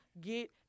get